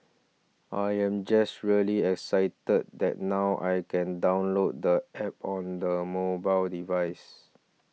I am just really excited that now I can download the App on the mobile devices